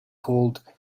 called